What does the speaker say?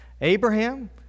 Abraham